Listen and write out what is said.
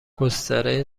گستره